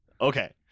Okay